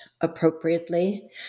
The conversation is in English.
appropriately